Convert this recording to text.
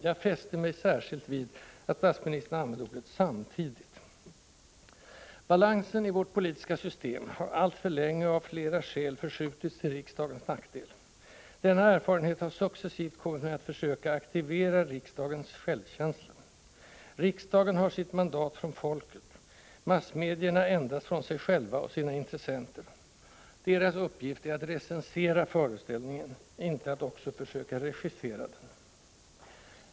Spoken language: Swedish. Jag fäste mig särskilt vid att statsministern använde ordet ”samtidigt.” Balansen i vårt politiska system har alltför länge, och av flera skäl, förskjutits till riksdagens nackdel. Denna erfarenhet har successivt kommit mig att försöka aktivera riksdagens självkänsla. Riksdagen har sitt mandat från folket, massmedierna endast från sig själva och sina intressenter. Deras uppgift är att recensera föreställningen, inte att också försöka regissera den.